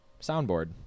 soundboard